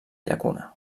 llacuna